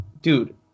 dude